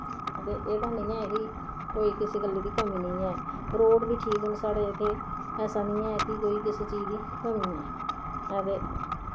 हां ते एह्दा नि ऐ कि कोई किसे गल्लै दे कमी नि ऐ रोड़ बी ठीक इत्थै ऐसा नि ऐ कि कोई किसे चीज दी कमी ऐ हां ते